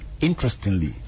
Interestingly